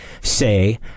say